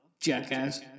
Jackass